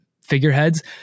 figureheads